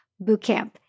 bootcamp